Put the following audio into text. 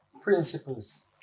principles